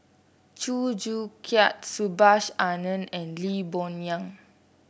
Chew Joo Chiat Subhas Anandan and Lee Boon Yang